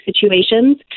situations